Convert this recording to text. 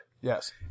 Yes